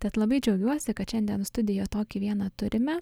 tad labai džiaugiuosi kad šiandien studijo tokį vieną turime